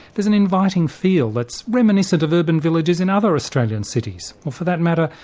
there's an inviting feel that's reminiscent of urban villages in other australian cities, or for that matter,